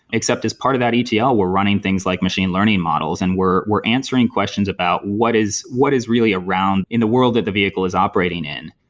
except as part of that etl ah we're running things like machine learning models and we're we're answering questions about what is what is really around in the world that the vehicle is operating in.